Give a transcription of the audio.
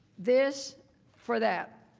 this for that.